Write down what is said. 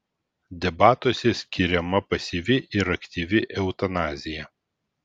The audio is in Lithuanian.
debatuose skiriama pasyvi ir aktyvi eutanazija